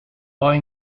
poi